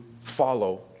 follow